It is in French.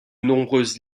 nombreuses